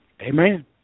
Amen